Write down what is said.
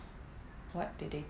what did they